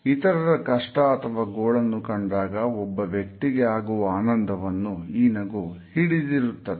ಇತರರ ಕಷ್ಟ ಅಥವಾ ಗೋಳನ್ನು ಕಂಡಾಗ ಒಬ್ಬ ವ್ಯಕ್ತಿಗೆ ಆಗುವ ಆನಂದವನ್ನು ಈ ನಗು ಹಿಡಿದಿರುತ್ತದೆ